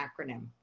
acronym